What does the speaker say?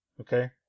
okay